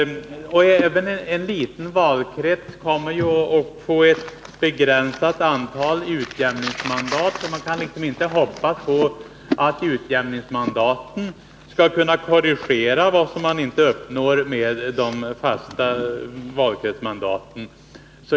En liten valkrets har dessutom också ett begränsat antal utjämningsmandat. Man kan därför inte hoppas på att utjämningsmandaten skall kunna korrigera vad som inte uppnås med de fasta valkretsmandaten.